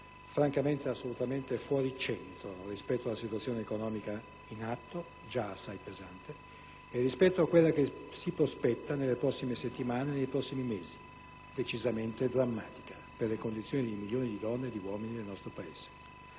francamente assolutamente fuori centro rispetto alla situazione economica in atto, già assai pesante, e a quella che si prospetta nelle prossime settimane e nei prossimi mesi, decisamente drammatica per le condizioni di milioni di donne e di uomini nel nostro Paese.